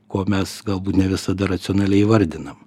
ko mes galbūt ne visada racionaliai įvardinam